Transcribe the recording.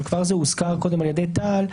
אבל זה הוזכר קודם על ידי טל,